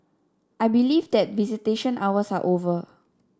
I believe that visitation hours are over